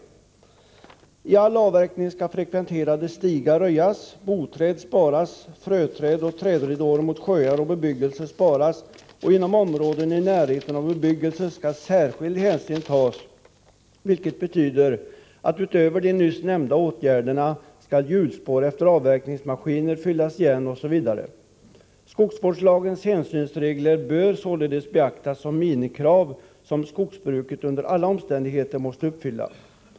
Vid all avverkning skall frekventerade stigar röjas, boträd sparas, fröträd och trädridåer mot sjöar och bebyggelse sparas, och inom områden i närheten av bebyggelse skall särskild hänsyn tas, vilket betyder, att utöver de nyss nämnda åtgärderna skall hjulspår efter avverkningsmaskiner fyllas igen osv. Skogsvårdslagens hänsynsregler bör således beaktas som minimikrav, som skogsbruket under alla omständigheter måste uppfylla.